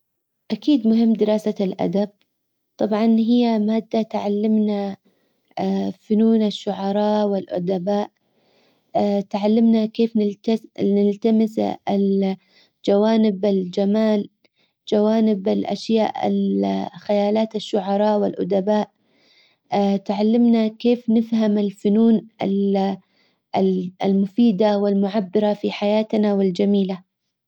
اكيد مهم دراسة الادب. طبعا هي مادة تعلمنا فنون الشعراء والادباء. تعلمنا كيف نلتمس الجوانب الجمال. جوانب الاشياء ال خيالات الشعراء والادباء تعلمنا كيف نفهم الفنون المفيدة والمعبرة في حياتنا والجميلة.